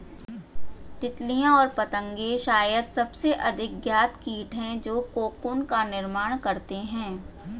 तितलियाँ और पतंगे शायद सबसे अधिक ज्ञात कीट हैं जो कोकून का निर्माण करते हैं